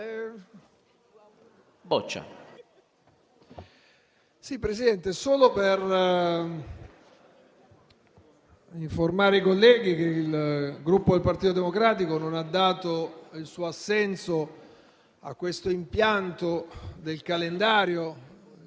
Presidente, vorrei solo informare i colleghi che il Gruppo Partito Democratico non ha dato il suo assenso a questo impianto del calendario,